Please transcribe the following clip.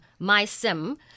MySim